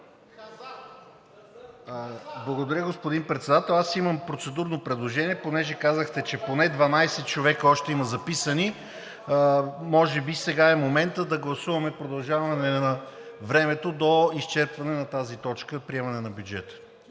Благодаря, господин Председател. Аз имам процедурно предложение. Понеже казахте, че поне 12 човека още има записани, може би сега е моментът да гласуваме продължаване на времето до изчерпване на тази точка – приемане на бюджета.